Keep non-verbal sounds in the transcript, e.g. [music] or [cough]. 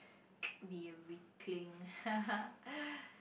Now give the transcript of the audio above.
be a weakling [laughs]